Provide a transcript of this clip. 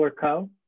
Co